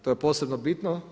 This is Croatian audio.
To je posebno bitno.